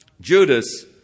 Judas